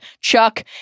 Chuck